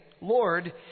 Lord